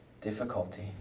difficulty